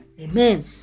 Amen